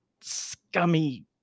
scummy